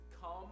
Come